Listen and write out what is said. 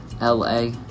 LA